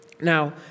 Now